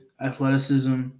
athleticism